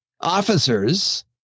officers